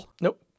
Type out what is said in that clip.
Nope